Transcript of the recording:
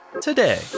today